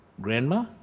grandma